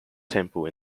temple